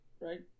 right